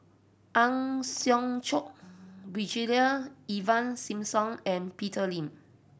Ang Hiong Chiok Brigadier Ivan Simson and Peter Lee